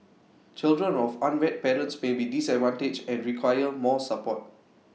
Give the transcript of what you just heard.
children of unwed parents may be disadvantaged and require more support